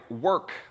work